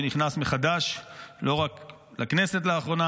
שנכנס מחדש לא רק לכנסת לאחרונה,